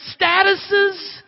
statuses